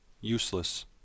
useless